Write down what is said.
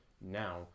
Now